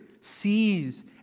sees